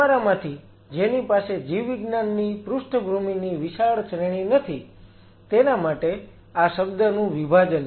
તમારામાંથી જેની પાસે જીવવિજ્ઞાનની પૃષ્ઠભૂમિની વિશાળ શ્રેણી નથી તેના માટે આ શબ્દનું વિભાજન છે